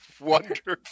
Wonderful